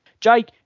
Jake